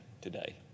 today